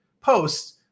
posts